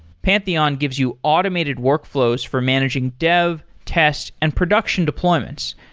pantheon gives you automated workflows for managing dev, test and production deployments,